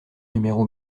numéro